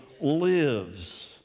lives